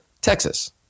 Texas